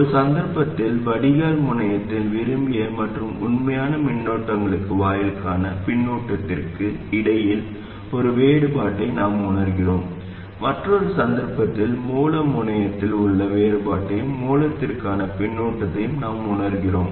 ஒரு சந்தர்ப்பத்தில் வடிகால் முனையத்தில் விரும்பிய மற்றும் உண்மையான மின்னோட்டங்களுக்கும் வாயிலுக்கான பின்னூட்டத்திற்கும் இடையே உள்ள வேறுபாட்டை நாம் உணர்கிறோம் மற்றொரு சந்தர்ப்பத்தில் மூல முனையத்தில் உள்ள வேறுபாட்டையும் மூலத்திற்கான பின்னூட்டத்தையும் நாம் உணர்கிறோம்